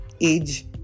age